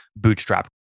bootstrapped